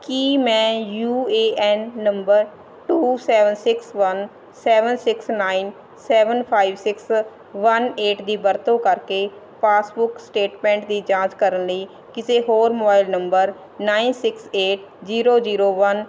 ਕੀ ਮੈਂ U A N number two seven six one seven six nine seven five six one eight ਦੀ ਵਰਤੋਂ ਕਰਕੇ passbook statement ਦੀ ਜਾਂਚ ਕਰਨ ਲਈ ਕਿਸੇ ਹੋਰ mobile number nine six eight zero zero one